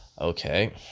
Okay